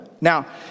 Now